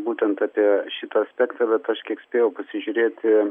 būtent apie šitą aspektą bet aš kiek spėjau pasižiūrėti